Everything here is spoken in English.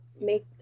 make